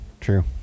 true